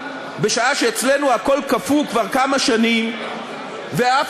בשעה שאצלנו הכול קפוא כבר כמה שנים ואף